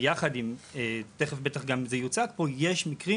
ויחד עם זה, יש מקרים